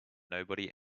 nobody